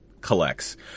collects